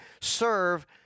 serve